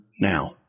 now